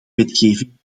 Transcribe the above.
wetgeving